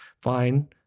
Fine